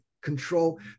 control